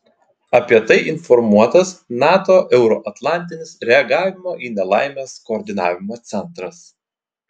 apie tai informuotas nato euroatlantinis reagavimo į nelaimes koordinavimo centras